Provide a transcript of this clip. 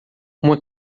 uma